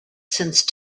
since